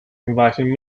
inviting